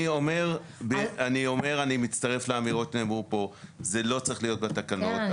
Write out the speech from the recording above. אני אומר אני מצטרף לאמירות שנאמרו פה: זה לא צריך להיות בתקנות,